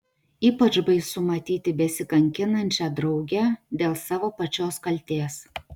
ypač baisu matyti besikankinančią draugę dėl savo pačios kaltės